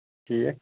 ٹھیٖک